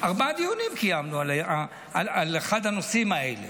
ארבעה דיונים קיימנו על אחד הנושאים האלה,